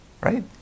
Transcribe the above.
right